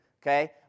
okay